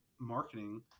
marketing